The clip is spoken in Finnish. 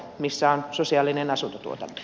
missä on sosiaalinen asuntotuotanto